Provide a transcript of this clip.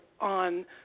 on